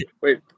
wait